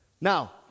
Now